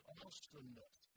awesomeness